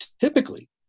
Typically